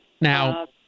Now